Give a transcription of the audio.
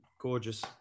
gorgeous